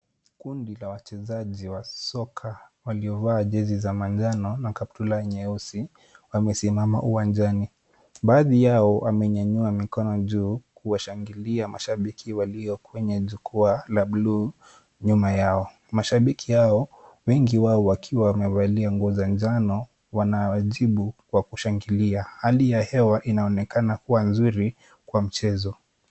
Kundi la wachezaji wa soka waliovaa jezi za manjano na kaptura nyeusi, wamesimama uwanjani. Baadhi yao wamenyanyua mikono juu kuwashangilia mashabiki walio kwenye jukwaa la buluu nyuma yao. Mashabiki hao wengi wao wakiwa wamevalia nguo za njano. Wanawajibu kwa kushangilia. Hali ya hewa inaonekana kuwa nzuri kwa mchezo.